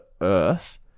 Earth-